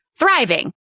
thriving